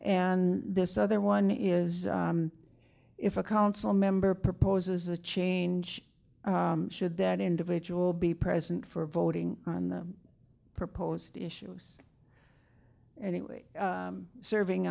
and this other one is if a council member proposes a change should that individual be present for voting on the proposed issues anyway serving